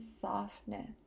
softness